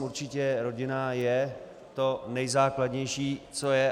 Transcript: Určitě rodina je to nejzákladnější, co je.